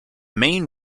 main